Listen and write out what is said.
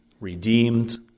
redeemed